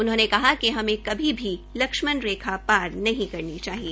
उन्होंने कहा कि हमें कभी भी लक्ष्मण रेखा पार नहीं करनी चाहिए